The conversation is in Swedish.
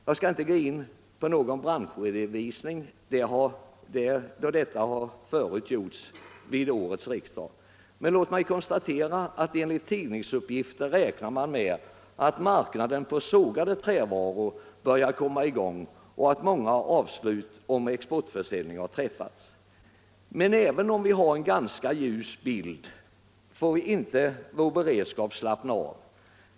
Jag skall inte gå in på någon branschredovisning, då detta har gjorts tidigare vid årets riksdag, men låt mig konstatera att enligt tidningsuppgifter räknar man med att marknaden på sågade trävaror börjar komma i gång och att många avslut om exportförsäljning har träffats. Men även om vi har en ganska ljus bild, får inte vår beredskap förslappas.